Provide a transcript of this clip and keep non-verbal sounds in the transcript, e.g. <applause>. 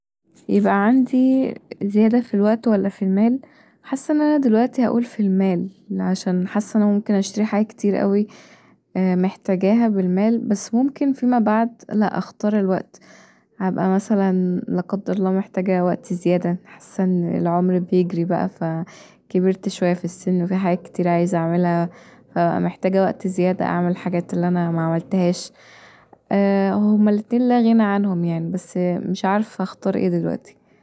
يبقي عندي زياده في الوقت ولا في المال حاسه ان انا دلوقتي هقول في المال عشان حاسه ان انا ممكن اشتري حاجات كتير اوي محتاجاها بالمال بس ممكن فيما بعد لأ اختار الوقت، هبقي مثلا لا قدر الله محتاجه وقت زياده حاسه ان العمر بيجري بقي فكبرت شويه في السن وفيه حاجات عايزه اعملها فمحتاجه وقت زياده أعمل الحاجات اللي انا معملتهاش <hesitation> هما الاتنين لا غني عنهم يعني بس مش عارفه اختار ايه دلوقتي